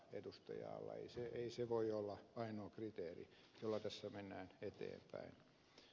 ei se voi olla ainoa kriteeri jolla tässä mennään eteenpäin